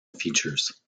features